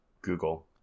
Google